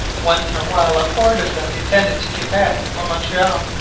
once in a while a horde of them descended to quebec or montreal,